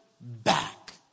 back